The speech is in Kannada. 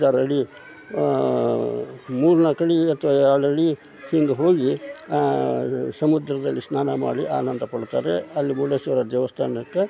ಐದಾರು ಅಡಿ ಮೂರ್ನಾಲ್ಕು ಅಡಿ ಎತ್ತರ ಆಲ್ರೆಡಿ ಹೀಗ್ ಹೋಗಿ ಸಮುದ್ರದಲ್ಲಿ ಸ್ನಾನ ಮಾಡಿ ಆನಂದ ಪಡ್ತಾರೆ ಅಲ್ಲಿ ಮುರುಡೇಶ್ವರ ದೇವಸ್ಥಾನಕ್ಕೆ